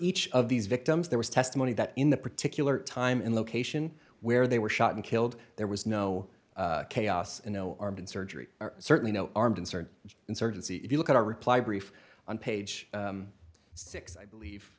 each of these victims there was testimony that in that particular time in a location where they were shot and killed there was no chaos and no arbonne surgery or certainly no armed insert insurgency if you look at our reply brief on page six i believe